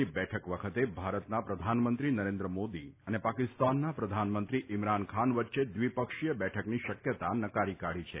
ની બેઠક વખતે ભારતના પ્રધાનમંત્રી નરેન્દ્રમોદી તથા પાકિસ્તાનના પ્રધાનમંત્રી ઇમરાખ ખાન વચ્ચે દ્વિપક્ષીય બેઠકની શક્યતા નકારી કાઢી છે